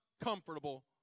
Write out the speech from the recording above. comfortable